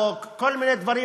או כל מיני דברים,